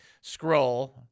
Scroll